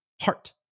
heart